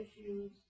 issues